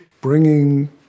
bringing